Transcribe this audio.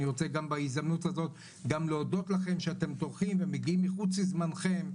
אני רוצה גם בהזדמנות הזאת להודות לכם שאתם טורחים ומגיעים מחוץ לזמנכם,